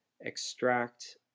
extract